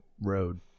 road